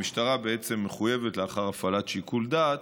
המשטרה מחויבת, לאחר הפעלת שיקול דעת,